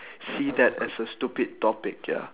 see that as a stupid topic ya